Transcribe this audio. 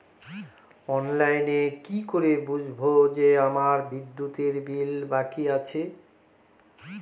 অনলাইনে কি করে বুঝবো যে আমার বিদ্যুতের বিল বাকি আছে?